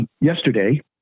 yesterday